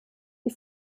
die